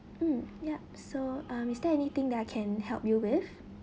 mm yup so um is there anything that I can help you with